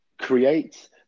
create